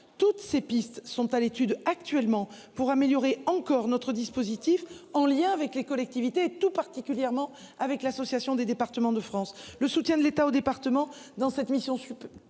Toutes ces pistes sont à l'étude actuellement pour améliorer encore notre dispositif en lien avec les collectivités et tout particulièrement avec l'association des départements de France, le soutien de l'État au département dans cette mission très sensible.